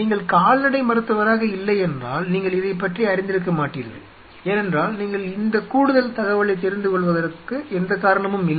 நீங்கள் கால்நடை மருத்துவராக இல்லை என்றால் நீங்கள் இதைப் பற்றி அறிந்திருக்க மாட்டீர்கள் ஏனென்றால் நீங்கள் இந்த கூடுதல் தகவலைத் தெரிந்து கொள்வதற்கு எந்த காரணமும் இல்லை